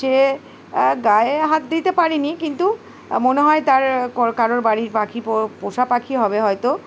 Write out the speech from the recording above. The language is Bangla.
সে গায়ে হাত দিতে পারিনি কিন্তু মনে হয় তার কারোর বাড়ির পাখি পোষা পাখি হবে হয়তো